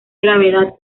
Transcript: gravedad